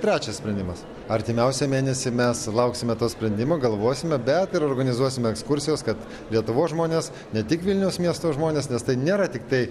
trečias sprendimas artimiausią mėnesį mes lauksime to sprendimo galvosime bet ir organizuosime ekskursijas kad lietuvos žmonės ne tik vilniaus miesto žmonės nes tai nėra tiktai